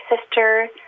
sister